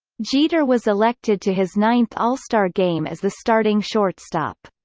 jeter was elected to his ninth all-star game as the starting shortstop.